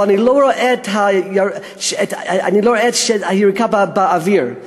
אבל אני לא רואה שהיריקה באוויר,